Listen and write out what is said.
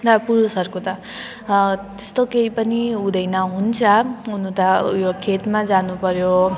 र पुरुषहरूको त त्यस्तो केही पनि हुँदैन हुन्छ हुनु त यो खेतमा जानुपऱ्यो